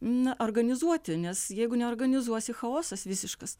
na organizuoti nes jeigu neorganizuosi chaosas visiškas